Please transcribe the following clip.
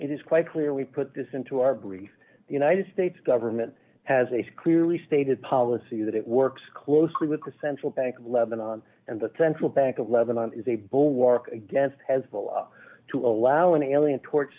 it is quite clear we put this into our brief the united states government has a screwy stated policy that it works closely with the central bank of lebanon and the central bank of lebanon is a bulwark against hezbollah to allow an alien to